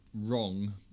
wrong